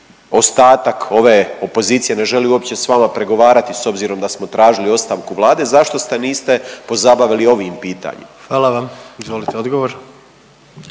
Ostatak ove opozicije ne želi uopće s vama pregovarati s obzirom da smo tražili ostavku Vlade. Zašto se niste pozabavili ovim pitanjima? **Jandroković, Gordan